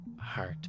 heart